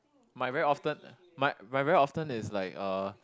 my very often my my very often is like uh